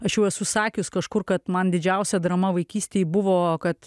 aš jau esu sakius kažkur kad man didžiausia drama vaikystėj buvo kad